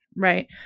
Right